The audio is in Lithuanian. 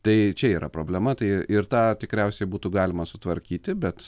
tai čia yra problema tai ir tą tikriausiai būtų galima sutvarkyti bet